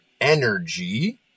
energy